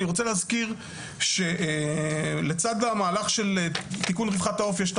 אני רוצה להזכיר שלצד המהלך של תיקון רווחת העוף יש את